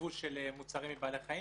יבוא של מוצרים מבעלי חיים.